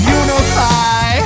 unify